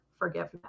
forgiveness